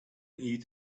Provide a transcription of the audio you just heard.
eat